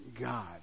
God